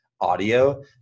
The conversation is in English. audio